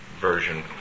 version